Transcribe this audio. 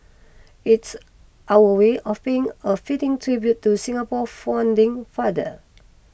it's our way of paying a fitting tribute to Singapore founding father